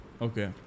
Okay